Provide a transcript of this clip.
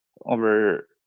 over